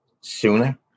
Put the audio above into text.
sooner